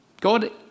God